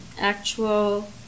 actual